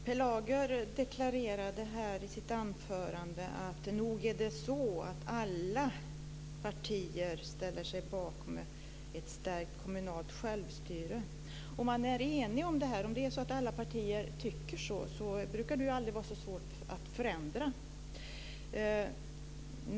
Herr talman! Per Lager deklarerade i sitt anförande att det nog är så att alla partier ställer sig bakom ett stärkt kommunalt självstyre. Om det är så att alla partier är eniga brukar det ju aldrig vara så svårt att förändra.